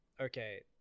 okay